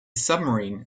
submarine